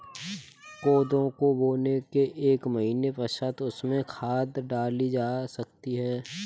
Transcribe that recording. कोदो को बोने के एक महीने पश्चात उसमें खाद डाली जा सकती है